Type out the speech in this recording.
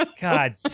god